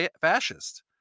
fascist